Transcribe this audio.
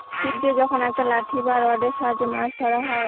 ছিপ দিয়ে যখন একটা লাঠি বা রডের সাহায্যে মাছ ধরা হয়